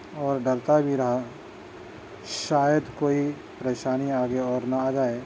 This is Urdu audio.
اور ڈرتا بھی رہا شاید کوئی پریشانی آگے اور نہ آ جائے